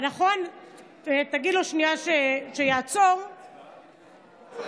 תגיד לו שנייה שיעצור,